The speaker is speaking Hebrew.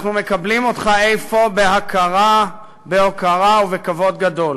אנחנו מקבלים אותך אפוא בהכרה, בהוקרה ובכבוד גדול